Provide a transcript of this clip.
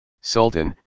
Sultan